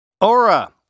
Aura